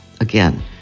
again